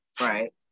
right